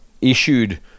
issued